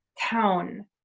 town